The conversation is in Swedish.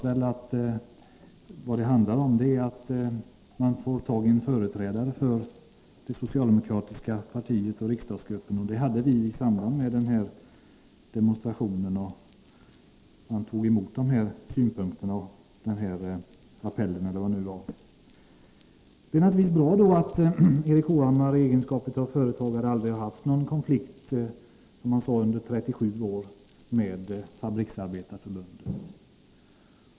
Vad det handlade om var ju att få tagien företrädare för det socialdemokratiska partiet och riksdagsgruppen. En sådan företrädare hade vi i samband med demonstrationen. Denne tog emot synpunkterna och appellen — eller vad det nu var. Det är naturligtvis bra att Erik Hovhammar i egenskap av företagare under 37 år aldrig har haft någon konflikt med Fabriksarbetareförbundet.